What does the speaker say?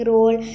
Role